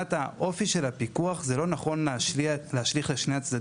מבחינת האופי של הפיקוח זה לא נכון להשליך את זה על שני הצדדים.